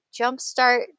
jumpstart